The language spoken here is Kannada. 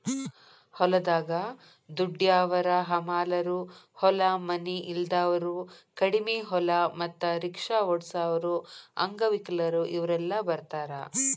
ಹೊಲದಾಗ ದುಡ್ಯಾವರ ಹಮಾಲರು ಹೊಲ ಮನಿ ಇಲ್ದಾವರು ಕಡಿಮಿ ಹೊಲ ಮತ್ತ ರಿಕ್ಷಾ ಓಡಸಾವರು ಅಂಗವಿಕಲರು ಇವರೆಲ್ಲ ಬರ್ತಾರ